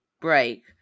break